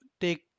take